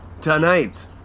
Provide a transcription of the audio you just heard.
tonight